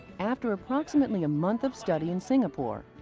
after approximately a month of study in singapore,